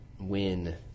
win